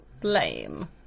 blame